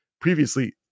previously